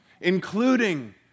including